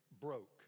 broke